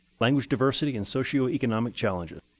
language diversity, and socioeconomic challenges.